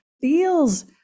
feels